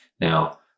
Now